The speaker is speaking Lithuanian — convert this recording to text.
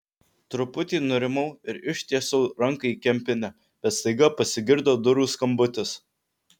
truputį nurimau ir ištiesiau ranką į kempinę bet staiga pasigirdo durų skambutis